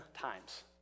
times